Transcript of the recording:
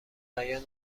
بیان